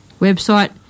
website